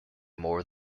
more